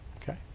Okay